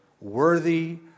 worthy